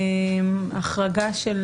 של החרגה של